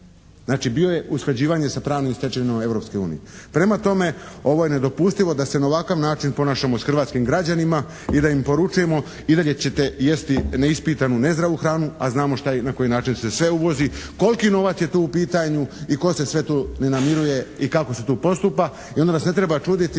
Znači bio je usklađivanje sa pravnim stečevinama Europske unije. Prema tome, ovo je nedopustivo da se na ovakav način ponašamo s hrvatskim građanima i da im poručujemo i dalje ćete jesti neispitanu nezdravu hranu, a znamo šta je i na koji način se sve uvozi. Koliki je novac tu u pitanju i tko se sve tu ne namiruje i kako se tu postupa i onda nas ne treba čuditi